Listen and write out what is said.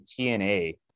TNA